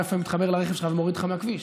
מתחבר ב-Wi-Fi לרכב שלך ומוריד אותך מהכביש.